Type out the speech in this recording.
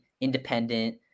independent